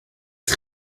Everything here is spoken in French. été